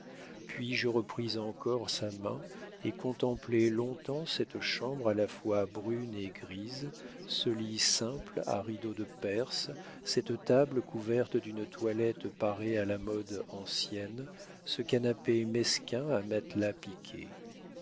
puis je repris encore sa main et contemplai long-temps cette chambre à la fois brune et grise ce lit simple à rideaux de perse cette table couverte d'une toilette parée à la mode ancienne ce canapé mesquin à matelas piqué